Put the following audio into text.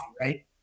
right